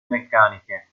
meccaniche